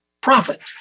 profit